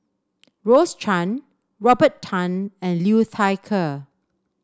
Rose Chan Robert Tan and Liu Thai Ker